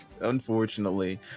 Unfortunately